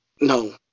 No